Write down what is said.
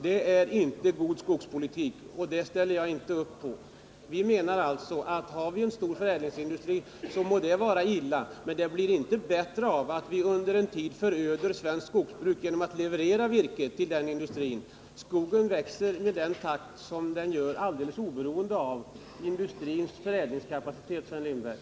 Detta är inte god skogspolitik. Har vi en stor förädlingsindustri är det enligt vår mening illa, men det blir inte bättre om vi under en tid föröder svenskt skogsbruk genom att leverera virke till denna industri. Skogen växer i sin egen takt alldeles oberoende av industrins förädlingskapacitet, Sven Lindberg.